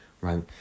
right